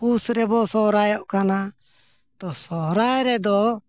ᱯᱩᱥ ᱨᱮᱵᱚᱱ ᱥᱚᱦᱨᱟᱭᱚᱜ ᱠᱟᱱᱟ ᱛᱚ ᱥᱚᱦᱨᱟᱭ ᱨᱮᱫᱚ